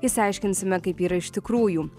išsiaiškinsime kaip yra iš tikrųjų